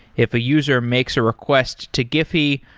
if a user makes a request to giphy,